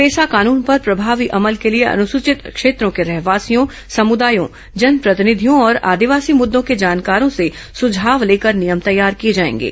पेसा कानन पर प्रभावी अमल के लिए अनुसूचित क्षेत्रों के रहवासियों समुदायों जनप्रतिनिधियों और आदिवासी मुद्दों के जानकारों से सुझाव लेकर नियम तैयार किए जाएगे